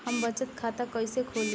हम बचत खाता कइसे खोलीं?